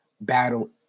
battle